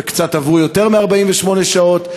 וקצת עברו יותר מ-48 שעות,